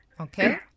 Okay